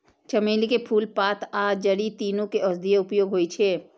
चमेली के फूल, पात आ जड़ि, तीनू के औषधीय उपयोग होइ छै